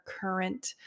current